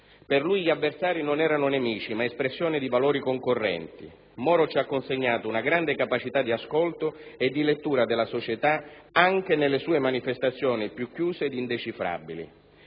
Per lui gli avversari non erano nemici ma espressione di valori concorrenti. Moro ci ha consegnato una grande capacità di ascolto e di lettura della società, anche nelle sue manifestazioni più chiuse ed indecifrabili.